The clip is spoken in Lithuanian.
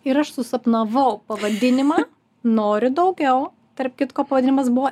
ir aš susapnavau pavadinimą nori daugiau tarp kitko pavadinimas buvo